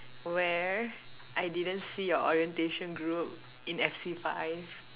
where I didn't see your orientation group in F_C five